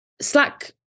Slack